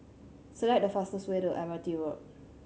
select the fastest way to Admiralty Road